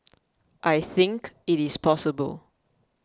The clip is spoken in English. I think it is possible